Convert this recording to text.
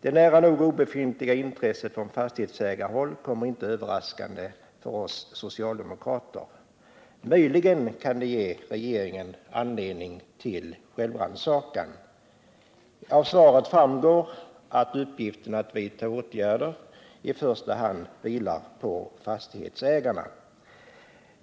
Det nära nog obefintliga intresset från fastighetsägarhåll kommer inte överraskande för oss socialdemokrater. Möjligen kan det ge regeringen anledning till självrannsakan. Av svaret framgår att uppgiften att vidta åtgärder i första hand vilar på fastighetsägarna.